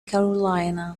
carolina